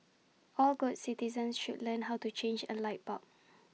all good citizens should learn how to change A light bulb